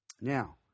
Now